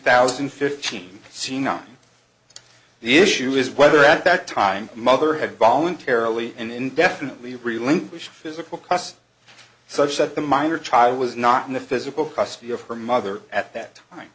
thousand and fifteen seen on the issue is whether at that time mother had voluntarily and indefinitely relinquished physical custody such that the minor child was not in the physical custody of her mother at that time